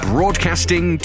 Broadcasting